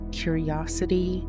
curiosity